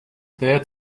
there